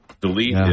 Delete